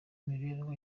imibereho